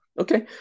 Okay